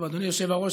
אדוני היושב-ראש,